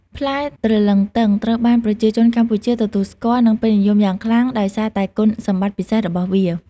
ផ្លែទ្រលឹងទឹងត្រូវបានប្រជាជនកម្ពុជាទទួលស្គាល់ និងពេញនិយមយ៉ាងខ្លាំងដោយសារតែគុណសម្បត្តិពិសេសរបស់វា។